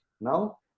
now